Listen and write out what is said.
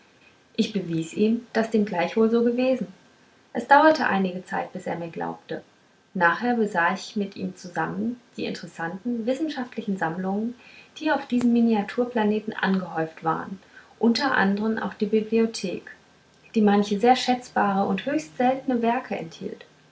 ich bewies ihm daß dem gleichwohl so gewesen es dauerte einige zeit bis er mir glaubte nachher besah ich mit ihm zusammen die interessanten wissenschaftlichen sammlungen die auf diesem miniatur planeten angehäuft waren unter andern auch die bibliothek die manche sehr schätzbare und höchst seltne werke enthielt